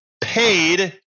paid